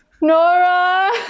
Nora